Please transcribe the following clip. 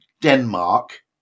Denmark